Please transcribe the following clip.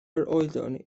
oeddwn